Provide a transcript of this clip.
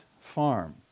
farm